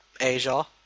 Asia